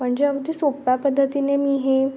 पण जे आमची सोप्या पद्धतीने मी हे